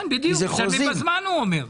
כן, בדיוק, משלמים בזמן הוא אומר.